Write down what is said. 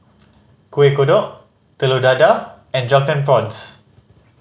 Kuih Kodok Telur Dadah and Drunken Prawns